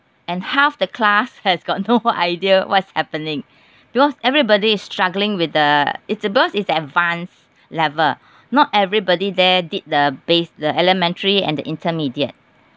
and half the class has got no idea what's happening because everybody is struggling with the it's a because it's advanced level not everybody there did the base the elementary and the intermediate